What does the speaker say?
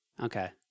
Okay